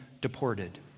deported